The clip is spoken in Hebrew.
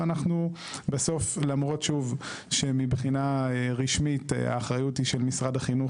ואנחנו בסוף למורות שמבחינה רשמית האחריות היא של משרד החינוך,